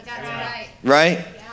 Right